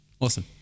Awesome